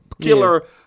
killer